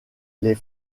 les